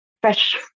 fresh